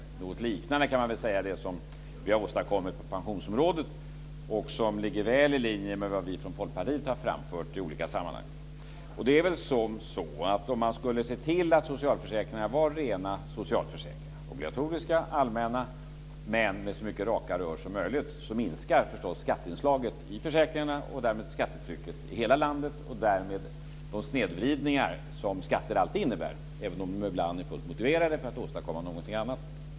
Det är något liknande, kan man säga, som det som vi har åstadkommit på pensionsområdet och som ligger väl i linje med vad vi från Folkpartiet har framfört i olika sammanhang. Om man ser till att socialförsäkringarna är rena socialförsäkringar - obligatoriska och allmänna, men med så mycket raka rör som möjligt - minskar förstås skatteinslaget i försäkringarna. Därmed minskar skattetrycket i hela landet och de snedvridningar som skatter alltid innebär, även om de ibland är fullt motiverade och beror på att man vill åstadkomma någonting annat.